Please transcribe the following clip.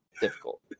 difficult